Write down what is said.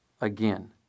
again